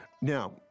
Now